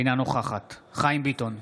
אינה נוכחת חיים ביטון,